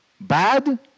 Bad